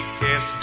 kiss